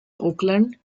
oakland